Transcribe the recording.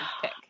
pick